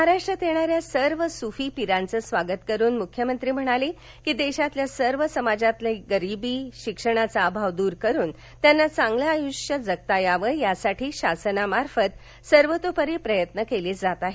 महाराष्ट्रात येणाऱ्या सर्व सुफी पिरांचं स्वागत करून मुख्यमंत्री फडणवीस म्हणाले देशातील सर्व समाजातील गरिबी शिक्षणाचा अभाव दूर करून त्यांना चांगले आयुष्य जगण्यास मिळावे यासाठी शासनामार्फत सर्वतोपरीने प्रयत्न केले जात आहेत